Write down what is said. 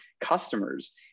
customers